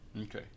Okay